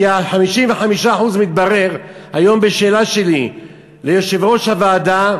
כי 55%, מתברר, היום בשאלה שלי ליושב-ראש הוועדה,